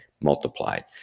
multiplied